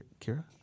Kira